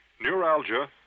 neuralgia